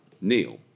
Neil